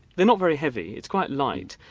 they're not very heavy, it's quite light.